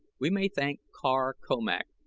we may thank kar komak,